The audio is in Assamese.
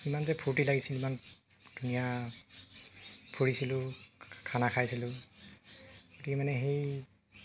ইমান যে ফূৰ্তি লাগিছিল ইমান ধুনীয়া ফুৰিছিলো খানা খাইছিলো কি মানে সেই